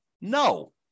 No